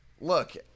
Look –